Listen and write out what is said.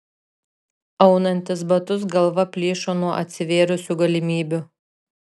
aunantis batus galva plyšo nuo atsivėrusių galimybių